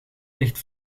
licht